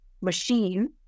machine